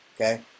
Okay